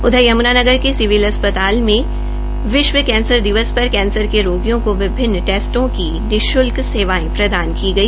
उधर यमूनानगर के सिविल अस्पताल में विश्व कैंसर दिवस पर कैंसर के रोगियों को विभिन्न टेस्टों की निशुल्क स्विधायें प्रदान की गई